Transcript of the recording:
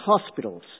hospitals